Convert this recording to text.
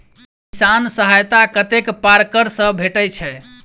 किसान सहायता कतेक पारकर सऽ भेटय छै?